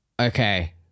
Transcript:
okay